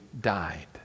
died